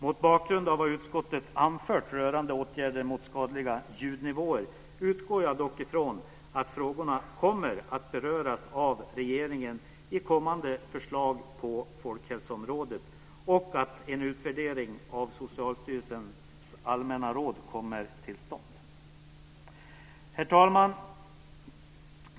Mot bakgrund av vad utskottet anfört rörande åtgärder mot skadliga ljudnivåer utgår jag dock från att frågorna kommer att beröras av regeringen i kommande förslag på folkhälsoområdet och att en utvärdering av Socialstyrelsens allmänna råd kommer till stånd. Herr talman!